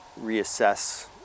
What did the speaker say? reassess